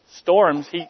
storms